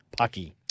pucky